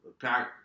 pack